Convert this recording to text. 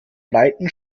breiten